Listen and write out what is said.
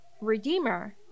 Redeemer